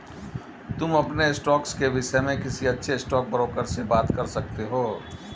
तुम अपने स्टॉक्स के विष्य में किसी अच्छे स्टॉकब्रोकर से बात कर सकते हो